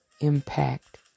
impact